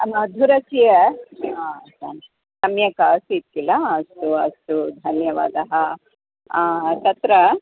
मधुरस्य आ सम्यक् आसीत् किल अस्तु अस्तु धन्यवादः तत्र